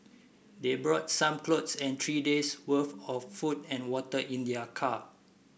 they brought some clothes and three days worth of food and water in their car